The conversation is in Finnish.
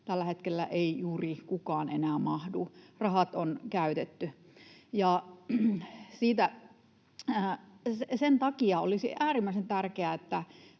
tällä hetkellä ei juuri kukaan enää mahdu. Rahat on käytetty. Sen takia olisi äärimmäisen tärkeää,